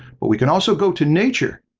but we can also go to nature,